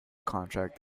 contract